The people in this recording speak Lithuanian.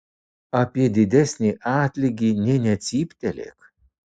apie didesnį atlygį nė necyptelėk